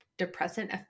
depressant